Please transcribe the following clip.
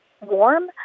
warm